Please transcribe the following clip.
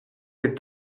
les